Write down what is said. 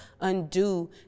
undo